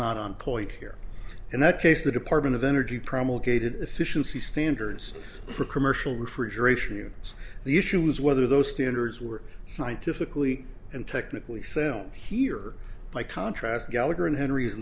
not on point here in that case the department of energy promulgated efficiency standards for commercial refrigeration you see the issue is whether those standards were scientifically and technically sound here by contrast gallagher and henry is